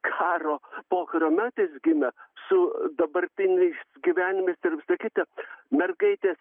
karo pokario metais gimę su dabartiniais gyvenimais ir visa kita mergaitės